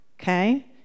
Okay